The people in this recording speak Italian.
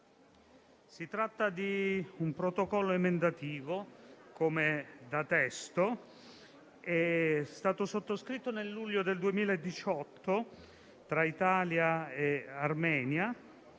si tratta di un protocollo emendativo, come da testo. È stato sottoscritto nel luglio del 2018 tra Italia e Armenia